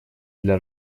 для